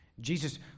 Jesus